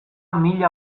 mila